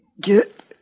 get